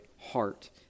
heart